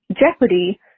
Jeopardy